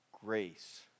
grace